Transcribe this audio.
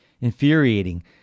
infuriating